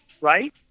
right